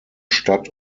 stadt